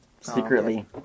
Secretly